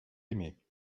aimé